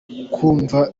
kumva